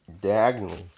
diagonally